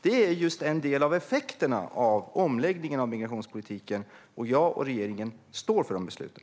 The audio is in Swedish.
Det är en del av effekterna av omläggningen av migrationspolitiken, och jag och regeringen står för de besluten.